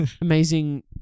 Amazing